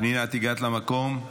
פנינה, את הגעת למקום?